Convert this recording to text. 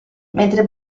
mentre